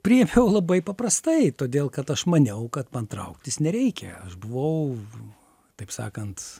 priėmiau labai paprastai todėl kad aš maniau kad man trauktis nereikia aš buvau taip sakant